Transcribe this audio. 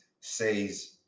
says